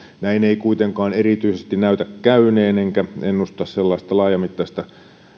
näin ei kuitenkaan erityisesti näytä käyneen enkä ennusta sellaista laajamittaista